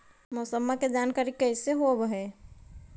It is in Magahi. मौसमा के जानकारी कैसे होब है?